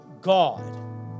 God